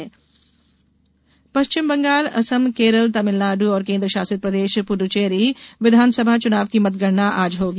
मतगणना पश्चिम बंगाल असम केरल तमिलनाडु और केन्द्रशासित प्रदेश पूडुचेरी विधानसभा चुनाव की मतगणना आज होगी